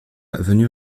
venu